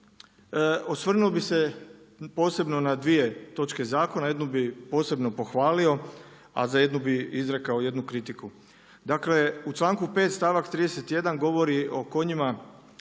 osvrnuo bih se posebno na dvije točke zakona, jednu bi posebno pohvalio, a za jednu bi izrekao jednu kritiku. Dakle u članku 5. stavak 31. govori o kojima